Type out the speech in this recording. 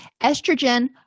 Estrogen